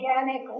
organic